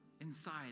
inside